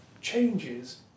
changes